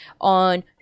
on